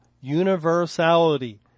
universality